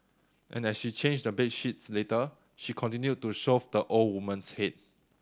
and as she changed the bed sheets later she continued to shove the old woman's head